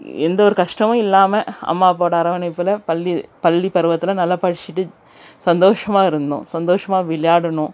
எந்த ஒரு கஷ்டமும் இல்லாமல் அம்மா அப்பாவோடய அரவணைப்பில் பள்ளி பள்ளி பருவத்தில் நல்லா படிஷ்ட்டு சந்தோஷமாக இருந்தோம் சந்தோஷமாக விளையாடினோம்